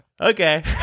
okay